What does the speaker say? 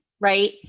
right